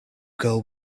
girl